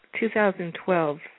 2012